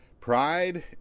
pride